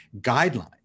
guidelines